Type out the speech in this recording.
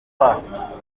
kwa